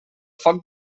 foc